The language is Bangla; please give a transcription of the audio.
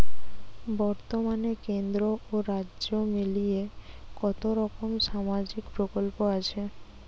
বতর্মানে কেন্দ্র ও রাজ্য মিলিয়ে কতরকম সামাজিক প্রকল্প আছে?